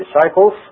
disciples